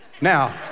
Now